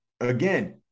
again